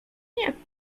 jak